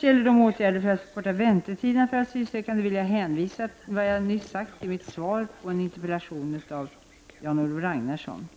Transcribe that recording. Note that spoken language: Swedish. gäller åtgärder för att förkorta väntetiderna för asylsökande vill jag hänvisa till vad jag nyss sagt i mitt svar på en interpellation av Jan-Olof Ragnarsson.